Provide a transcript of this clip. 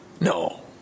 No